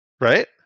Right